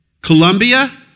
Colombia